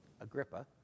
Agrippa